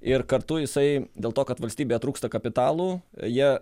ir kartu jisai dėl to kad valstybėje trūksta kapitalų jie